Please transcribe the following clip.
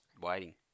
waiting